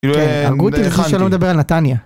כן, הרגו אותי על זה שאני לא מדבר על נתניה.